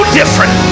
different